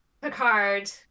Picard